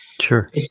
Sure